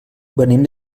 venim